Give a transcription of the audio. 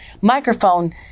microphone